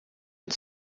und